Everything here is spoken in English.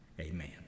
Amen